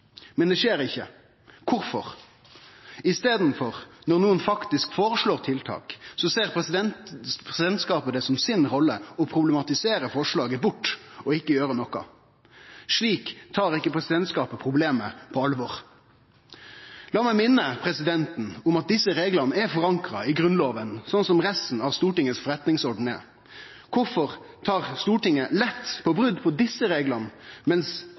men det skjer ikkje. Kvifor? I staden, når nokon faktisk føreslår tiltak, ser presidentskapet det som si rolle å problematisere forslaget bort og ikkje gjere noko. Slik tar ikkje presidentskapet problemet på alvor. La meg minne presidenten om at desse reglane er forankra i Grunnloven, sånn som resten av Stortingets forretningsorden er. Kvifor tar Stortinget lett på brot på desse reglane,